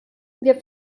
wir